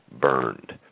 burned